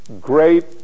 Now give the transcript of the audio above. great